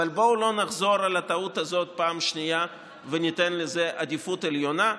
בואו לא נחזור על הטעות הזאת בפעם השנייה וניתן לזה עדיפות עליונה.